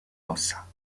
ossa